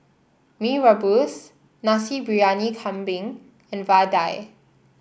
Mee Rebus Nasi Briyani Kambing and vadai